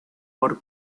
por